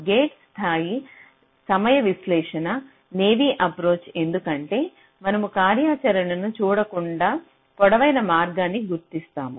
gate స్థాయి సమయ విశ్లేషణ నేవీ అప్రోచ్ ఎందుకంటే మనము కార్యాచరణను చూడకుండా పొడవైన మార్గాన్ని గుర్తిస్తాము